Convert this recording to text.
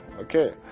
Okay